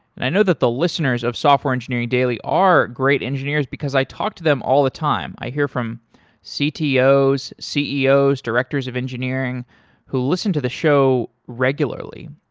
i know that the listeners of software engineering daily are great engineers because i talked to them all the time. i hear from ctos, ceos, directors of engineering who listen to the show regularly.